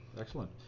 Excellent